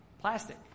Plastic